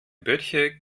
böttcher